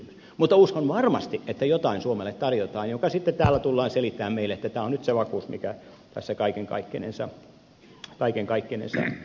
mutta uskon varmasti että jotain suomelle tarjotaan joka sitten täällä tullaan selittämään meille että tämä on nyt se vakuus mikä tässä kaiken kaikkinensa tuli